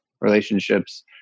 relationships